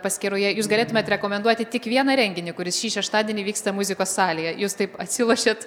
paskyroje jūs galėtumėt rekomenduoti tik vieną renginį kuris šį šeštadienį vyksta muzikos salėje jus taip atsilošėt